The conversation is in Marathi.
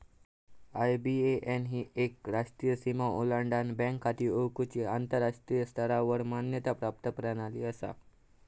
आय.बी.ए.एन ही एक राष्ट्रीय सीमा ओलांडान बँक खाती ओळखुची आंतराष्ट्रीय स्तरावर मान्यता प्राप्त प्रणाली असा